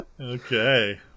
Okay